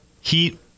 Heat